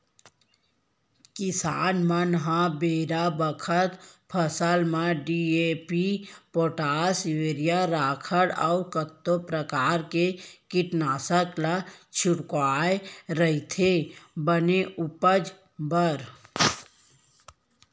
किसान मन ह बेरा बखत फसल म डी.ए.पी, पोटास, यूरिया, राखड़ अउ कतको परकार के कीटनासक के छिड़काव करथे बने उपज बर